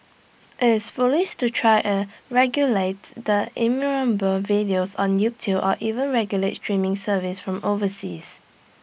it's foolish to try A regulate the innumerable videos on YouTube or even regulate streaming services from overseas